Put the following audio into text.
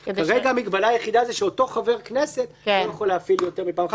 המגבלה היחידה היא שאותו חבר כנסת לא יכול להפעיל יותר מפעם אחת.